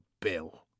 Bill